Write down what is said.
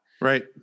Right